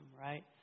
right